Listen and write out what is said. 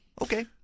Okay